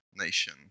nation